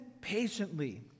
patiently